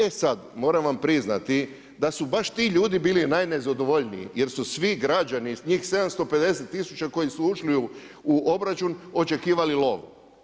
E sad, moram vam priznati, da su baš ti ljudi bili najnezadovoljniji jer su svi građani, njih 750 tisuća koji su ušli obračun, očekivali lovu.